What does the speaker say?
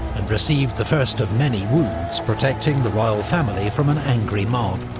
and received the first of many wounds protecting the royal family from an angry mob.